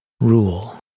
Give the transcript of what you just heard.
rule